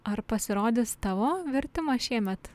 ar pasirodys tavo vertimas šiemet